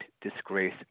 disgrace